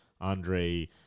Andre